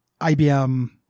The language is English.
IBM